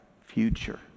future